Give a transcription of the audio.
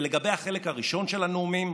ולגבי החלק הראשון של הנאומים,